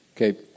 Okay